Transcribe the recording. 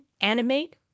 animate